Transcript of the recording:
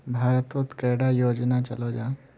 भारत तोत कैडा योजना चलो जाहा?